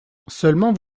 seulement